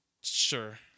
Sure